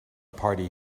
party